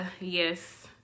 yes